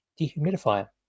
dehumidifier